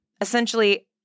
essentially